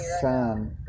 son